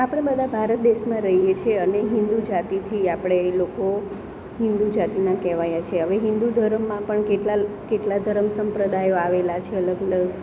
આપણે બધા ભારત દેશમાં રહીએ છીએ અને હિન્દુ જાતિથી આપણે લોકો હિન્દુ જાતિના કહેવાયા છીએ હવે હિન્દુ ધરમમાં પણ કેટલા કેટલા ધરમ સંપ્રદાયો આવેલા છે અલગ અલગ